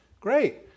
Great